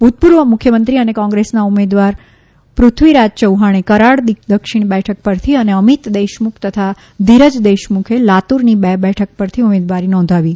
ભૂતપૂર્વ મુખ્યમંત્રી અને કોંગ્રેસના ઉમેદવાર પૃથ્વીરાજ ચૌહાણે કરાડ દક્ષિણ બેઠક પરથી અને અમિત દેશમુખ તથા ધીરજ દેશમુખે લાતુરની બે બેઠક પર ઉમેદવારી નોંધાવી છે